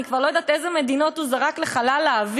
אני כבר לא יודעת אילו מדינות הוא זרק לחלל האוויר.